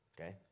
okay